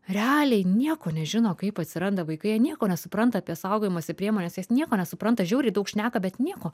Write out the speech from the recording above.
realiai nieko nežino kaip atsiranda vaikai jie nieko nesupranta apie saugojimosi priemones jos nieko nesupranta žiauriai daug šneka bet nieko